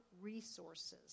resources